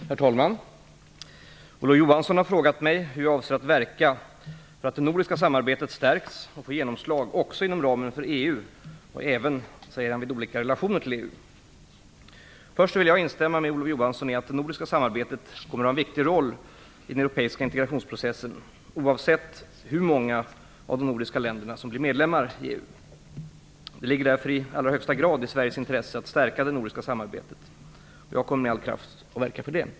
Herr talman! Olof Johansson har frågat mig hur jag avser verka för att det nordiska samarbetet stärks och får genomslag också inom ramen för EU, även vid olika relationer till EU. Först vill jag instämma med Olof Johansson i att det nordiska samarbetet kommer att ha en viktig roll i den europeiska integrationsprocessen, oavsett hur många av de nordiska länderna som blir medlemmar i EU. Det ligger därför i allra högsta grad i Sveriges intresse att stärka det nordiska samarbetet. Jag kommer med all kraft att verka för det.